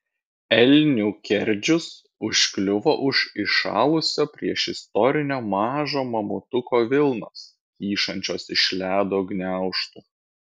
elnių kerdžius užkliuvo už įšalusio priešistorinio mažo mamutuko vilnos kyšančios iš ledo gniaužtų